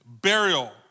burial